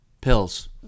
pills